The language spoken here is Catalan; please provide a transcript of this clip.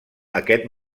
aquest